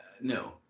No